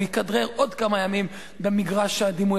הוא יכדרר עוד כמה ימים במגרש הדימוי